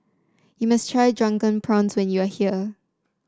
you must try Drunken Prawns when you are here